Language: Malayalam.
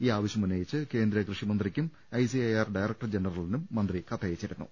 ഈ ആവശ്യമുന്നയിച്ച് കേന്ദ്ര കൃഷിമന്ത്രിക്കും I C A R director ജനറലിനും മന്ത്രി കത്തയച്ചിരുന്നു